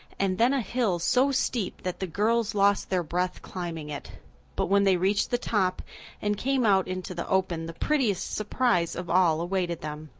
and then a hill so steep that the girls lost their breath climbing it but when they reached the top and came out into the open the prettiest surprise of all awaited them.